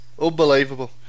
Unbelievable